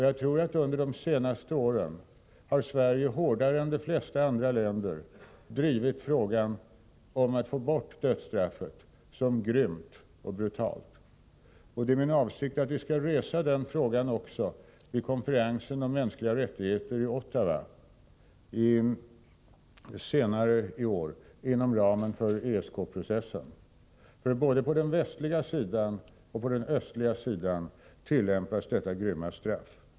Jag tror att Sverige under de senaste åren hårdare än de flesta andra länder har drivit frågan om att få bort det grymma och brutala dödsstraffet. Det är min avsikt att vi skall resa frågan också vid den konferens om mänskliga rättigheter som inom ramen för ESK-processen äger rum i Ottawa senare i år. Både på den västliga och på den östliga sidan tillämpas ju det grymma dödsstraffet.